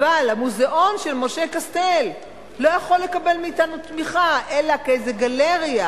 אבל המוזיאון של משה קסטל לא יכול לקבל מאתנו תמיכה אלא כאיזו גלריה,